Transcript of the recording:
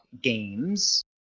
games